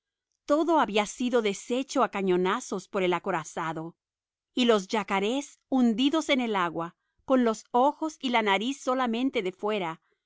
todo había sido deshecho a cañonazos por el acorazado y los yacarés hundidos en el agua con los ojos y la nariz solamente afuera